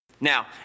Now